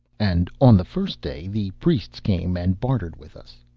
and on the first day the priests came and bartered with us,